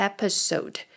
Episode